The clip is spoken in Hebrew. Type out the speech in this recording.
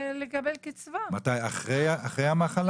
אחרי המחלה?